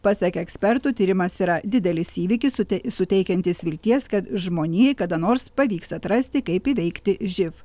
pasak ekspertų tyrimas yra didelis įvykis sutė suteikiantis vilties kad žmonijai kada nors pavyks atrasti kaip įveikti živ